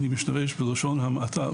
בלשון המעטה.